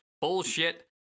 bullshit